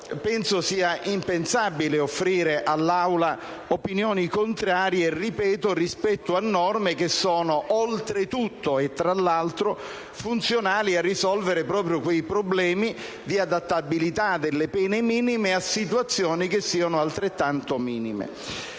credo sia impensabile offrire all'Aula opinioni contrarie - ripeto - rispetto a norme che oltretutto sono funzionali a risolvere quei problemi di adattabilità delle pene minime a situazioni che siano altrettanto minime.